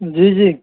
جی جی